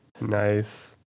nice